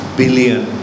billion